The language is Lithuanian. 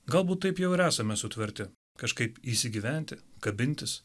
galbūt taip jau ir esame sutverti kažkaip įsigyventi kabintis